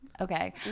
Okay